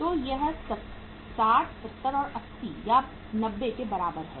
तो यह 60 70 और 80 या 90 के बराबर है